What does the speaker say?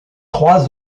trois